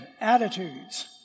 attitudes